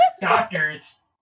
doctors